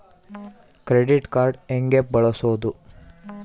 Credit card ಹೆಂಗ ಬಳಸೋದು?